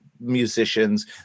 musicians